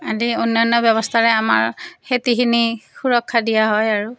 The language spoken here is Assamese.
আদি অন্যান্য ব্যৱস্থাৰে আমাৰ খেতিখিনি সুৰক্ষা দিয়া হয় আৰু